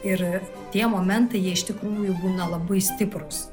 ir tie momentai jie iš tikrųjų būna labai stiprūs